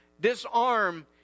disarm